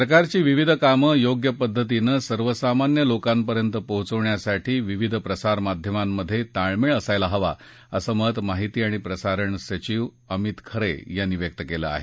सरकारची विविध कामं योग्य पद्धतीनं सर्वसामान्य लोकांपर्यंत पोहोचण्यासाठी विविध प्रसारमाध्यमांमध्ये ताळमेळ असायला हवा असं मत माहिती आणि प्रसारण सचिव अमित खरे यांनी व्यक्त केलं आहे